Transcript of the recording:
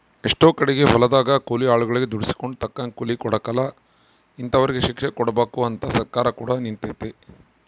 ಎಷ್ಟೊ ಕಡಿಗೆ ಹೊಲದಗ ಕೂಲಿ ಆಳುಗಳಗೆ ದುಡಿಸಿಕೊಂಡು ತಕ್ಕಂಗ ಕೂಲಿ ಕೊಡಕಲ ಇಂತರಿಗೆ ಶಿಕ್ಷೆಕೊಡಬಕು ಅಂತ ಸರ್ಕಾರ ಕೂಡ ನಿಂತಿತೆ